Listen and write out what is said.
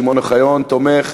שמעון אוחיון תומך,